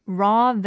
raw